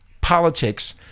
politics